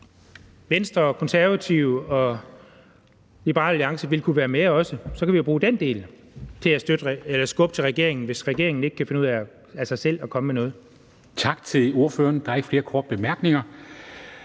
så Venstre, Konservative og Liberal Alliance også vil kunne være med. Så kan vi jo bruge den del til at skubbe til regeringen, hvis regeringen ikke kan finde ud af at komme med noget